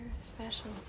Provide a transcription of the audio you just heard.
special